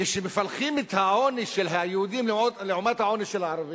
כשמפלחים את העוני של היהודים לעומת העוני של הערבים,